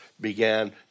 began